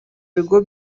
bigo